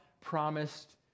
promised